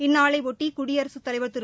இந்நாளையொட்டி குடியரசுத் தலைவர் திரு